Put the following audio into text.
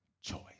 choice